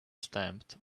stamped